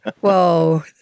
whoa